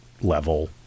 level